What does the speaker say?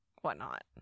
whatnot